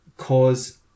Cause